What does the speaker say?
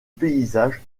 paysage